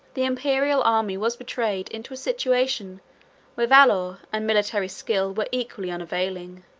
the imperial army was betrayed into a situation where valor and military skill were equally unavailing.